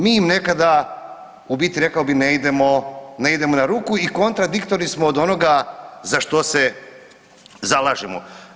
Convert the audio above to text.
Mi im nekada u biti rekao bih ne idemo, ne idemo na ruku i kontradiktorni smo od onoga za što se zalažemo.